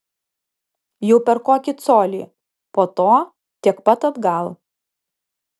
jau per kokį colį po to tiek pat atgal